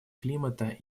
климата